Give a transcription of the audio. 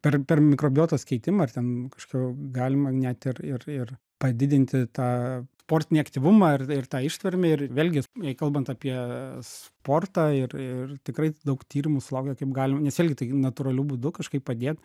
per per mikrobiotos keitimą ar ten kažkio galima net ir ir ir padidinti tą sportinį aktyvumą ir ir tą ištvermę ir vėlgi jei kalbant apie sportą ir ir tikrai daug tyrimų sulaukė kaip galima nes vėlgi tai natūraliu būdu kažkaip padėt